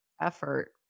effort